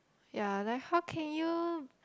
ya like how can you